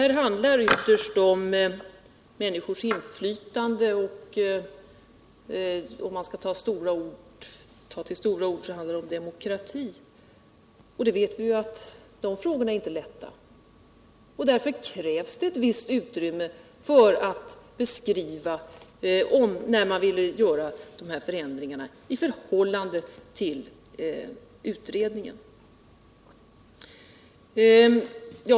Här handlar det ju ytterst om människors inflytande, och om Måndagen den man skall ta till stora ord handlar det om demokrati. Det vet vi, att de frågorna 29 maj 1978 är inte lätta att lösa, och därför krävs det ett visst utrymme för beskrivning när man vill göra de här förändringarna i förhållande till utredningen.